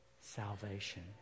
salvation